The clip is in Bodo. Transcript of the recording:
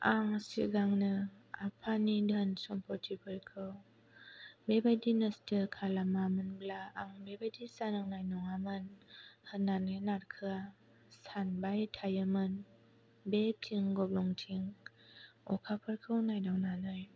आं सिगांनो आफानि धोन समफथिफोरखौ बेबादि नस्थ खालामा मोनब्ला बेबायदि जानांनाय नङामोन होननानै नारखोआ सानबाय थायोमोन बे थिं गब्लंथिं अखाफोरखौ नायदावनानै